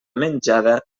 menjada